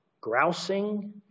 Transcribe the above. grousing